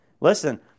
Listen